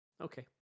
Okay